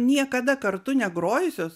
niekada kartu negrojusios